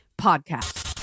Podcast